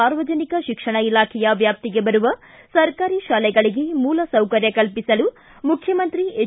ಸಾರ್ವಜನಿಕ ಶಿಕ್ಷಣ ಇಲಾಖೆಯ ವ್ಯಾಪ್ತಿಗೆ ಬರುವ ಸರ್ಕಾರಿ ಶಾಲೆಗಳಿಗೆ ಮೂಲಭೂತ ಸೌಕರ್ಯ ಕಲ್ಪಿಸಲು ಮುಖ್ಯಮಂತ್ರಿ ಎಚ್